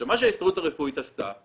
עכשיו, מה שההסתדרות הרפואית עשתה,